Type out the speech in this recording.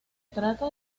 trata